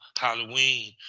Halloween